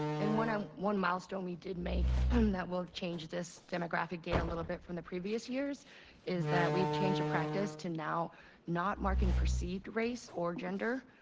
and one um one milestone we did make um that will change this demographic data a little bit from the previous years is that we've changed the practice to now not marking perceived race or gender,